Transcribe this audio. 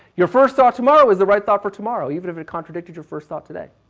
your first thought tomorrow is the right thought for tomorrow, even if it contradicted your first thought today.